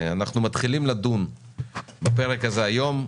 אנחנו מתחילים לדון בפרק הזה היום,